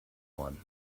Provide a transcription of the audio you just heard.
one